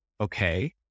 Okay